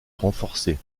renforcé